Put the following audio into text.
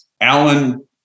Alan